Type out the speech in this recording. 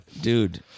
Dude